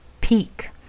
peak